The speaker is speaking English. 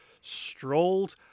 strolled